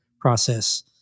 process